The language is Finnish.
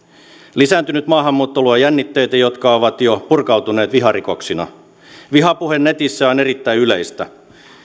lisääntynyt maahanmuutto luo jännitteitä jotka ovat jo purkautuneet viharikoksina vihapuhe netissä on erittäin yleistä